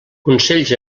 consells